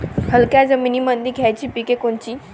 हलक्या जमीनीमंदी घ्यायची पिके कोनची?